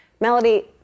Melody